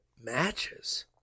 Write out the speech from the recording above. matches